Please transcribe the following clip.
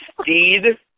Steed